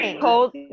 cold